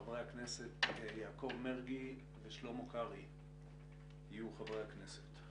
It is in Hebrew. חברי הכנסת יעקב מרגי ושלמה קרעי יהיו חברי הכנסת.